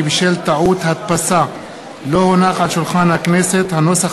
כי בשל טעות הדפסה לא הונח על שולחן הכנסת הנוסח